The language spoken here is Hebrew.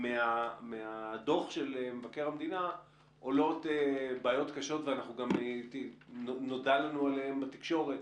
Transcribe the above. מהדוח של מבקר המדינה עולות בעיות קשות וגם נודע לנו עליהן בתקשורת.